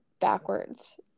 backwards